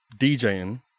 DJing